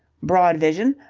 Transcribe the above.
broad vision.